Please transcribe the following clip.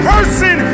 person